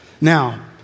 Now